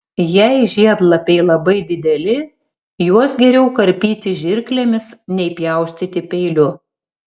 jei žiedlapiai labai dideli juos geriau karpyti žirklėmis nei pjaustyti peiliu